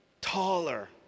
taller